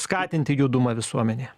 skatinti judumą visuomenėje